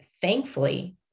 thankfully